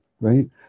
right